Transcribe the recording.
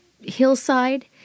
hillside